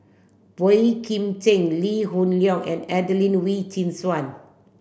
Boey Kim Cheng Lee Hoon Leong and Adelene Wee Chin Suan